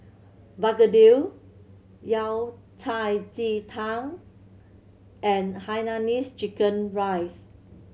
begedil Yao Cai ji tang and hainanese chicken rice